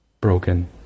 broken